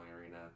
Arena